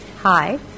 Hi